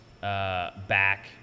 back